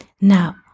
Now